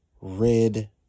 red